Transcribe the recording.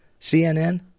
CNN